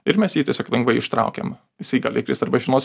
ir mes jį tiesiog lengvai ištraukiam jisai gali įkrist arba iš vienos